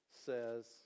says